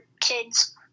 kids